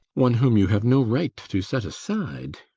one whom you have no right to set aside.